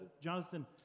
jonathan